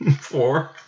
Four